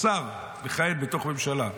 שר מכהן בתוך ממשלה.